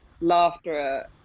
laughter